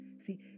see